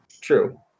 true